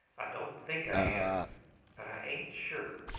i don't think i am, but i ain't sure.